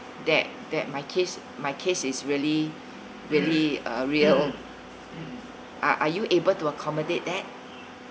that that my kids my kids is really really uh a real are are you able to accommodate that